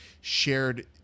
shared